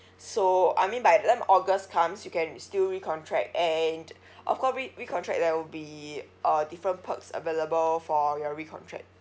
so I mean by when august comes you can still recontract and of course re~ recontract there will be a different perks available for your recontract